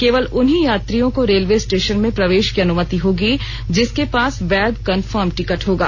केवल उन्हीं यात्रियों को रेलवे स्टेशन में प्रवेश की अनुमति होगी जिसके पास वैध कन्फर्म टिकट होगा